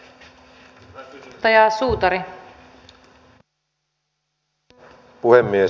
arvoisa puhemies